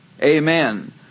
Amen